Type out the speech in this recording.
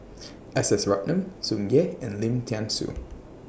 S S Ratnam Tsung Yeh and Lim Thean Soo